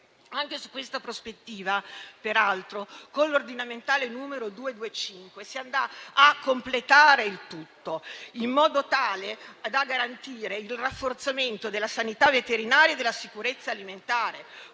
Anche in questa prospettiva, peraltro, con l'ordinamentale n. 225, si andrà a completare il tutto, in modo tale da garantire il rafforzamento della sanità veterinaria e della sicurezza alimentare,